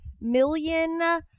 million